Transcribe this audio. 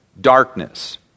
darkness